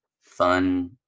fun